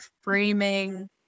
framing